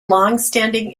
longstanding